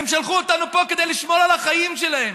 הם שלחו אותנו לפה כדי לשמור על החיים שלהם.